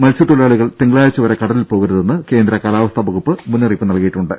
മത്സ്യത്തൊഴിലാളികൾ തിങ്കളാഴ്ച്ച വരെ കടലിൽ പോകരുതെന്ന് കേന്ദ്ര കാലാവസ്ഥാ വകുപ്പ് മുന്നറിയിപ്പ് നൽകിയിട്ടുണ്ട്